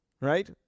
right